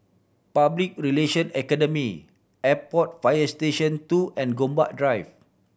Public Relation Academy Airport Fire Station Two and Gombak Drive